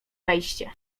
wejście